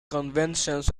conventions